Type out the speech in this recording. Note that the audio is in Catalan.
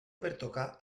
pertoca